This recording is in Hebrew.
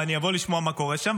ואני אבוא לשמוע מה קורה שם,